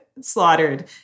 slaughtered